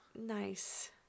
nice